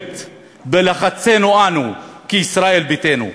בלחצנו אנו, ישראל ביתנו.